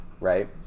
right